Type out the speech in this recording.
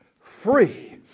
free